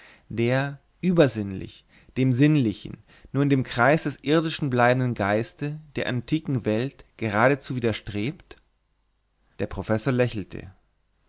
der übersinnlich dem sinnlichen nur in dem kreis des irdischen bleibenden geiste der antiken welt geradezu widerstrebt der professor lächelte